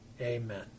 amen